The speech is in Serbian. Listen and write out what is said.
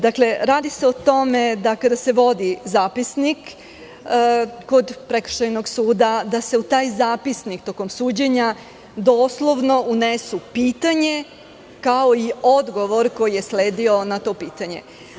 Dakle, radi se o tome da kada se vodi zapisnik kod prekršajnog suda da se u taj zapisnik tokom suđenja doslovno unese pitanje, kao i odgovor koji je sledio na to pitanje.